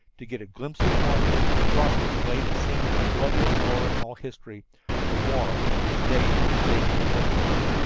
to get a glimpse of the water, across which lay the scene of the bloodiest war in all history a war in which they were to take an important part.